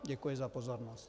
Děkuji za pozornost.